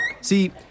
See